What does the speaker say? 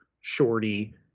Shorty